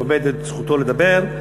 איבד את זכותו לדבר.